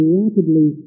rapidly